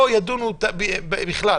לא ידונו בהן בכלל.